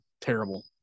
terrible